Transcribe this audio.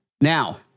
Now